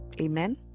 Amen